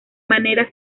manera